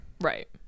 Right